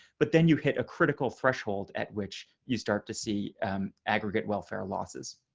but then you hit a critical threshold at which you start to see aggregate welfare losses.